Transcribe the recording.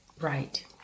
Right